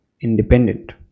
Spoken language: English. independent